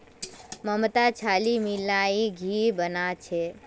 ममता छाली मिलइ घी बना छ